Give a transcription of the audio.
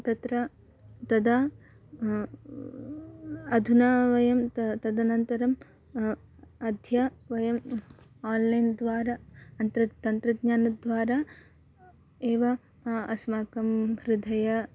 तत्र तदा अधुना वयं त तदनन्तरम् अद्य वयम् आन्लैन्द्वारा तन्त्रं तन्त्रज्ञानद्वारा एव अस्माकं हृदयम्